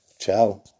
Ciao